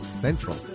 Central